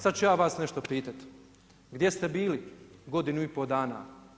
Sad ću ja vas nešto pitati, gdje ste bili godinu i pol dana?